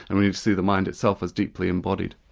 and we need to see the mind itself as deeply embodied.